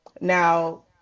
now